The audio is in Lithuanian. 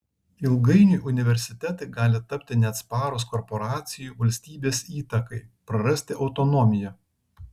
ilgainiui universitetai gali tapti neatsparūs korporacijų valstybės įtakai prarasti autonomiją